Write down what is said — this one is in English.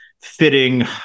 fitting